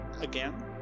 again